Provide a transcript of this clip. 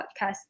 podcast